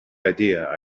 idea